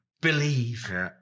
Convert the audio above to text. believe